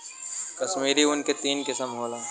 कश्मीरी ऊन के तीन किसम होला